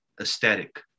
aesthetic